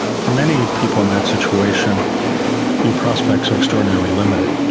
for many people in that situation your prospects are extraordinarily limited.